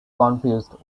confused